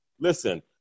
Listen